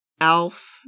Alf